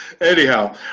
Anyhow